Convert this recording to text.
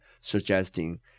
suggesting